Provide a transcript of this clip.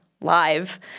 live